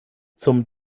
zum